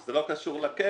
זה לא קשור ל-קאפ.